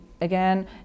again